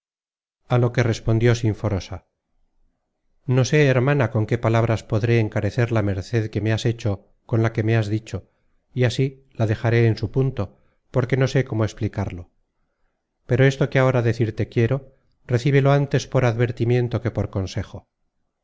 a lo que respondió sinforosa no sé hermana con qué palabras podré encarecer la merced que me has hecho con las que me has dicho y así la dejaré en su punto porque no sé cómo explicarlo pero esto que ahora decirte quiero recíbelo antes por advertimiento que por consejo